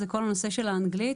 כל הנושא של האנגלית.